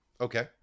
Okay